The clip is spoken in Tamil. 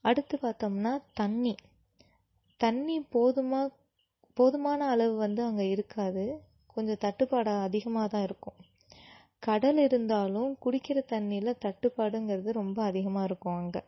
அடுத்து பார்த்தோம்னா தண்ணி தண்ணி போதுமான போதுமான அளவு வந்து அங்கே இருக்காது கொஞ்சம் தட்டுப்பாடாக அதிகமாக தான் இருக்கும் கடல் இருந்தாலும் குடிக்கிற தண்ணியில் தட்டுப்பாடுங்கிறது ரொம்ப அதிகமாக இருக்கும் அங்கே